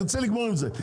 רוצה לגמור עם זה.